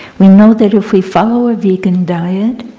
we know that if we follow a vegan diet,